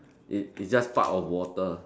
it it's just part of water